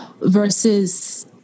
Versus